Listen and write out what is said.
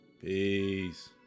Peace